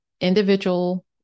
individual